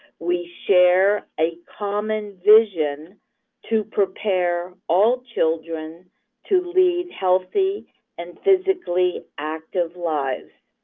we share a common vision to prepare all children to lead healthy and physically active lives.